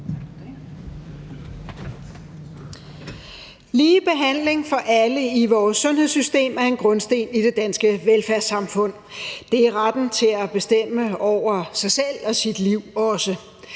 Lige behandling for alle i vores sundhedssystem er en grundsten i det danske velfærdssamfund. Det er retten til at bestemme over sig selv og sit liv også.